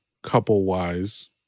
Couple-wise